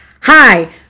Hi